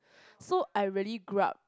so I really grew up